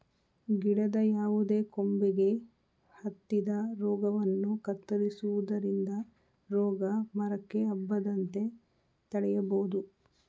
ಗಿಡದ ಯಾವುದೇ ಕೊಂಬೆಗೆ ಹತ್ತಿದ ರೋಗವನ್ನು ಕತ್ತರಿಸುವುದರಿಂದ ರೋಗ ಮರಕ್ಕೆ ಹಬ್ಬದಂತೆ ತಡೆಯಬೋದು